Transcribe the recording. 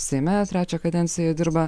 seime trečią kadenciją dirba